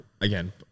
again